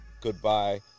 goodbye